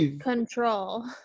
control